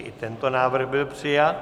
I tento návrh byl přijat.